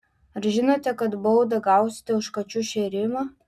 ar žinote kad baudą gausite už kačių šėrimą